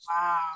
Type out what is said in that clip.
Wow